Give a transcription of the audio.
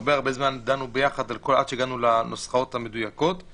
הרבה זמן דנו יחד עד שהגענו לנוסחאות המדויקות.